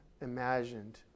imagined